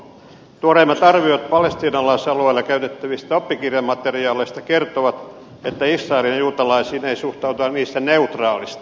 tuoreimmat arviot palestiinalaisalueilla käytettävistä oppikirjamateriaaleista kertovat että israelin juutalaisiin ei suhtauduta niissä neutraalisti